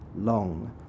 long